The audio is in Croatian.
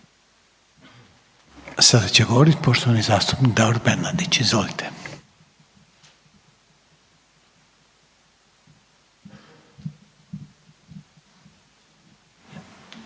Sada će govorit poštovani zastupnik Davor Bernardić, izvolite.